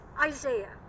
Isaiah